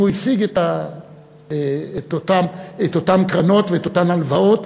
והוא השיג את אותן קרנות ואת אותן הלוואות,